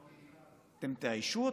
אתם תאיישו אותם?